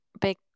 big